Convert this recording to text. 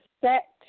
set